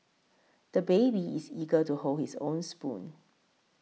the baby is eager to hold his own spoon